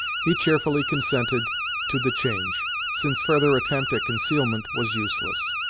he cheerfully consented to the change, since further attempt at concealment was useless.